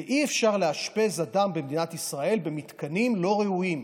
אי-אפשר לאשפז אדם במדינת ישראל במתקנים לא ראויים,